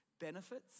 benefits